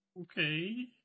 Okay